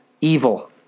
evil